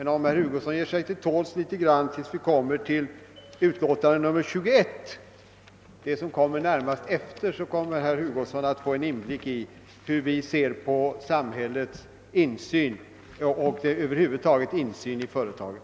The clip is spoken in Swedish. Om herr Hugosson ger sig till tåls en stund tills vi kommer till behandlingen av bankoutskottets utlåtande nr 21 — det som följer närmast efter detta — får han en inblick i hur vi ser på samhällets insyn särskilt i företagen.